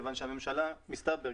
כיון שהממשלה מסתבר,